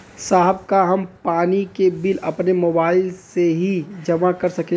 साहब का हम पानी के बिल अपने मोबाइल से ही जमा कर सकेला?